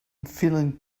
feeling